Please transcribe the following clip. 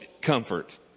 comfort